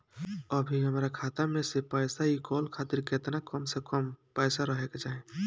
अभीहमरा खाता मे से पैसा इ कॉल खातिर केतना कम से कम पैसा रहे के चाही?